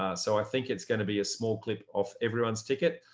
ah so i think it's gonna be a small clip off everyone's ticket.